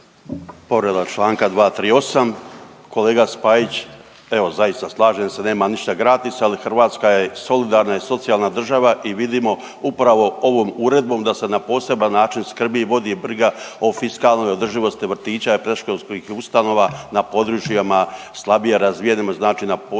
Povreda čl. 238. Kolega Spajić, evo, zaista, slažem se, nema ništa gratis, ali Hrvatska je solidarna i socijalna država i vidimo upravo ovom uredbom da se na poseban način skrbi i vodi briga o fiskalnoj održivosti vrtića i predškolskih ustanova na područjima slabije razvijenima, znači na poseban